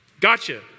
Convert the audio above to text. Gotcha